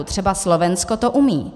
Třeba Slovensko to umí.